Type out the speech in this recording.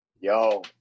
Yo